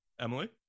Emily